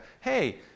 Hey